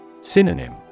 Synonym